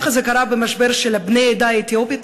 ככה קרה במשבר של בני העדה האתיופית,